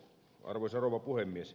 arvoisa rouva puhemies